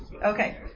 Okay